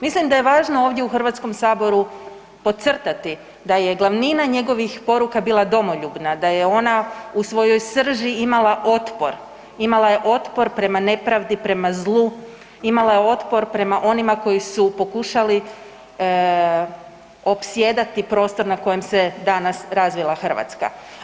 Mislim da je važno ovdje u HS-u podcrtati da je glavnina njegovih poruka bila domoljubna, da je ona u svojoj srži imala otpor, imala je otpor prema nepravdi, prema zlu, imala je otpor prema onima koji su pokušali opsjedati prostor na kojem se danas razvila Hrvatska.